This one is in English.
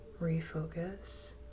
refocus